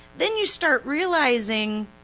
then you start realizing,